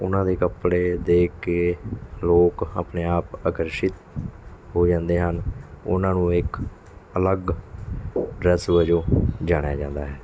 ਉਹਨਾਂ ਦੇ ਕੱਪੜੇ ਦੇਖ ਕੇ ਲੋਕ ਆਪਣੇ ਆਪ ਆਕਰਸ਼ਿਤ ਹੋ ਜਾਂਦੇ ਹਨ ਉਹਨਾਂ ਨੂੰ ਇੱਕ ਅਲੱਗ ਡਰੈਸ ਵਜੋਂ ਜਾਣਿਆ ਜਾਂਦਾ ਹੈ